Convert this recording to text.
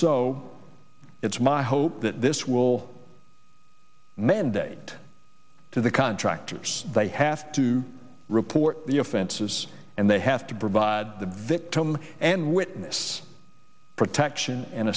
so it's my hope that this will mandate to the contractors they have to report the offenses and they have to provide the victim and witness protection and